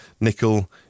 nickel